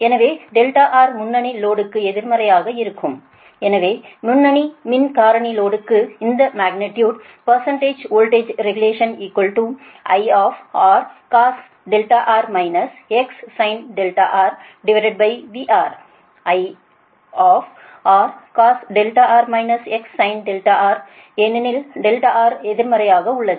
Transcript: எனவே Rமுன்னணி லோடுக்கு எதிர்மறையாக இருக்கும் எனவே முன்னணி மின் காரணி லோடுக்கு இந்த magnitude Percentage voltage regulationI |VR| I ஏனெனில் R எதிர்மறையாக உள்ளது